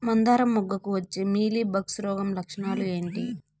మందారం మొగ్గకు వచ్చే మీలీ బగ్స్ రోగం లక్షణాలు ఏంటి?